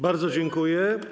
Bardzo dziękuję.